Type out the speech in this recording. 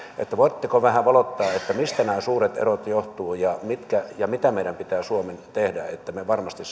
eli voitteko vähän valottaa mistä nämä suuret erot johtuvat ja mitä meidän suomen pitää tehdä että me varmasti